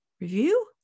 review